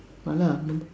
Mala